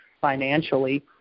financially